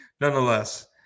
Nonetheless